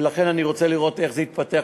ולכן אני רוצה לראות איך זה יתפתח,